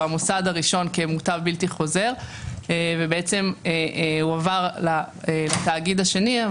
או המוסד הראשון שכמוטב בלתי חוזר הוא עבר לתאגיד השני,